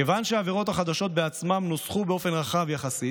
כיוון שהעבירות החדשות בעצמן נוסחו באופן רחב יחסית